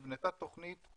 נבנתה תכנית,